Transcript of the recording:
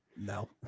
No